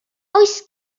oes